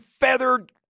feathered